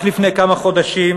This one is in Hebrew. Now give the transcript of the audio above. רק לפני כמה חודשים,